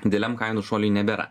dideliam kainų šuoliui nebėra